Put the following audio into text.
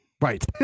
Right